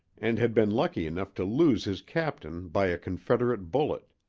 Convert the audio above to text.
and had been lucky enough to lose his captain by a confederate bullet